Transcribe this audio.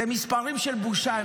אלה מספרים של בושה.